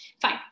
Fine